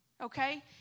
Okay